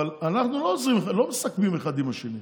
אבל אנחנו לא מסכמים אחד עם השני.